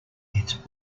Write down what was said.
its